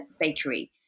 Bakery